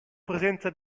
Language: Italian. presenza